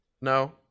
no